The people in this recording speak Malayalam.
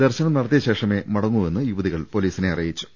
ദർശനം നടത്തിയശേഷമേ മടങ്ങൂവെന്ന് യുവതികൾ പൊലീ സിനെ അറിയിച്ചു